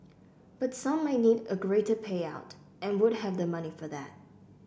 but some might need a greater payout and would have the money for that